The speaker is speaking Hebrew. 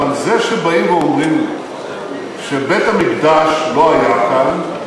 אבל זה שבאים ואומרים לי שבית-המקדש לא היה כאן,